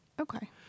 Okay